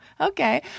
Okay